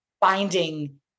finding